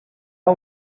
are